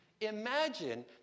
Imagine